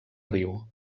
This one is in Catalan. riu